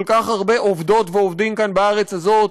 כל כך הרבה עובדות ועובדים בארץ הזאת